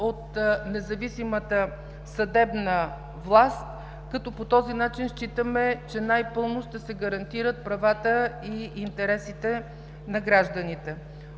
от независимата съдебна власт, като считаме, че по този начин най-пълно ще се гарантират правата и интересите на гражданите.